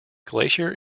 glacier